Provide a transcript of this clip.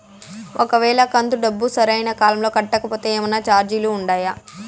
ఒక వేళ కంతు డబ్బు సరైన కాలంలో కట్టకపోతే ఏమన్నా చార్జీలు ఉండాయా?